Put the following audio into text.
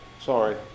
Sorry